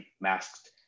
masked